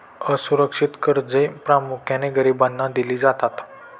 असुरक्षित कर्जे प्रामुख्याने गरिबांना दिली जातात